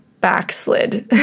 backslid